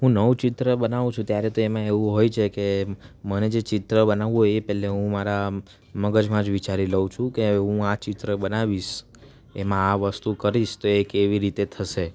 હુ નવું ચિત્ર બનાવું છું ત્યારે તો એમાં એવું હોય છે કે મને જે ચિત્ર બનાવવું હોય એ પહેલે હું મારા મગજમાં જ વિચારી લઉં છું કે હું આ ચિત્ર બનાવીશ એમાં આ વસ્તુ કરીશ તો એ કેવી રીતે થશે